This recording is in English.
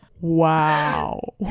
Wow